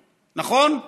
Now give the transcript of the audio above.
נכון?